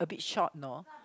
a bit short you know